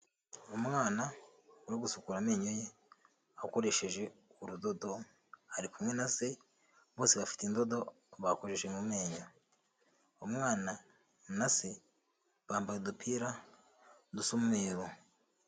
Umwana uri gusukura amenyo ye akoresheje urudodo, ari kumwe na se, bose bafite indodo bakoreshe mu menyo, umwana na se bambaye udupira dusa umweru.